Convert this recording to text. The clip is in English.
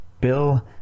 Bill